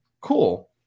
cool